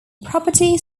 property